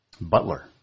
Butler